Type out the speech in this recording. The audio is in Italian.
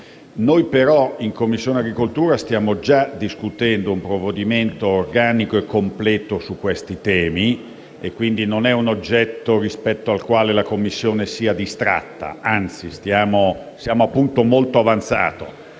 Noi, però, in Commissione agricoltura stiamo già discutendo di un provvedimento organico e completo che affronta questi temi e, quindi, non è un tema rispetto al quale la Commissione sia distratta. Anzi, siamo a un punto molto avanzato.